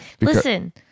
Listen